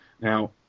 Now